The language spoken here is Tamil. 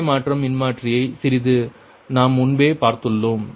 குழாய் மாற்றும் மின்மாற்றியை சிறிது நாம் முன்பே பார்த்துள்ளோம்